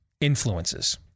influences